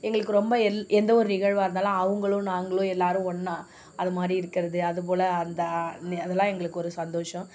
எங்களுக்கு ரொம்ப எந்த ஒரு நிகழ்வாக இருந்தாலும் அவங்களும் நாங்களும் எல்லோரும் ஒன்னாக அது மாதிரி இருக்கிறது அதுபோல் அந்த அதெல்லாம் எங்களுக்கு ஒரு சந்தோஷம்